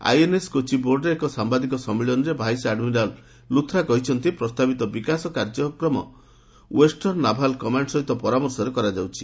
INS Kochi ବୋର୍ଡରେ ଏକ ସାମ୍ବାଦିକ ସମ୍ମିଳନୀରେ ଭାଇସ୍ ଆଡ୍ମିରାଲ୍ ଲୁଥ୍ରା କହିଛନ୍ତି ପ୍ରସ୍ତାବିତ ବିକାଶ କାର୍ଯ୍ୟକ୍ରମ ଓ୍ୱେଷ୍ଟର୍ଣ୍ଣ ନାଭାଲ୍ କମାଣ୍ଡ୍ ସହିତ ପରାମର୍ଶରେ କରାଯାଉଛି